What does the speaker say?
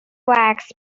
wax